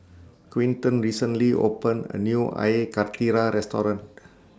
Quinton recently opened A New Air Karthira Restaurant